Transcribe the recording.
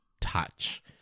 touch